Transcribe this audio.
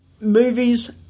Movies